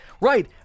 right